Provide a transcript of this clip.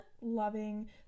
loving